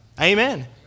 Amen